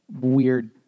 weird